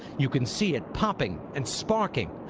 you can see it popping and sparking.